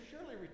surely